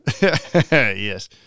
Yes